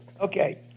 Okay